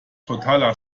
totaler